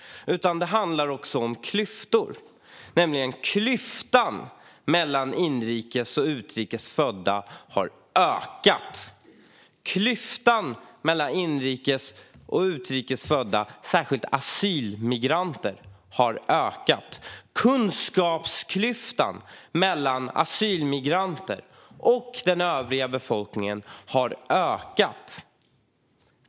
Det handlar också om klyftor, nämligen att klyftan mellan inrikes och utrikes födda har ökat. Klyftan mellan inrikes och utrikes födda, särskilt asylmigranter, har ökat. Kunskapsklyftan mellan asylmigranter och den övriga befolkningen har ökat.